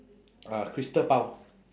uh crystal bao